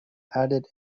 added